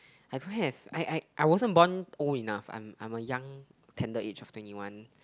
I don't have I I wasn't born old enough I am a young tender age of twenty one